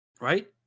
Right